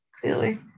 clearly